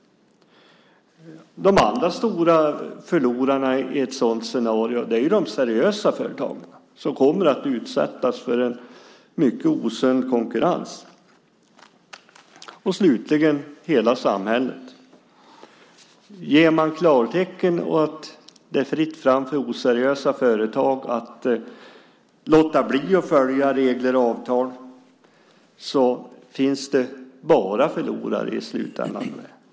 De andra stora förlorarna i ett sådant scenario är de seriösa företagen, som kommer att utsättas för en osund konkurrens. Slutligen blir hela samhället förlorare. Om man ger klartecken och säger att det är fritt fram för oseriösa företag att låta bli att följa regler och avtal så finns det bara förlorare i slutändan.